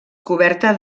coberta